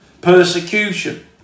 persecution